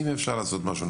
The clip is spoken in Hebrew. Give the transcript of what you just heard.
אם אפשר לעשות משהו,